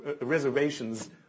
reservations